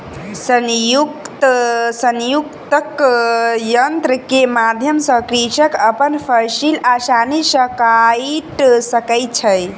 संयुक्तक यन्त्र के माध्यम सॅ कृषक अपन फसिल आसानी सॅ काइट सकै छै